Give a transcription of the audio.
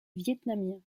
vietnamiens